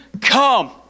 come